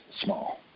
small